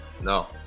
No